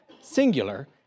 singular